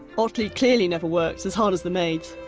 otley clearly never worked as hard as the maids.